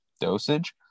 dosage